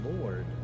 Lord